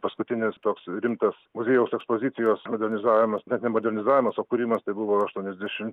paskutinis toks rimtas muziejaus ekspozicijos modernizavimas net ne modernizavimas o kūrimas tai buvo aštuoniasdešim